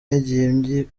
n’igihe